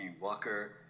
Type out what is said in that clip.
walker